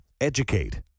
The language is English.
educate